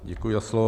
Děkuji za slovo.